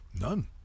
None